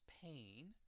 pain